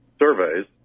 surveys